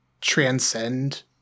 transcend